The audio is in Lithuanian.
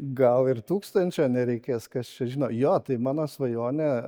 gal ir tūkstančio nereikės kas čia žino jo tai mano svajonė